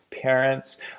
parents